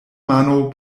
mano